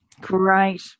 Great